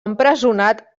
empresonat